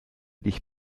dich